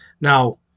Now